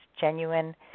genuine